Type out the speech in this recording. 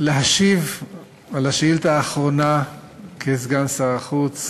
להשיב על השאילתה האחרונה כסגן שר החוץ,